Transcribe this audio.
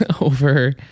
over